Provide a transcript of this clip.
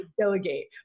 delegate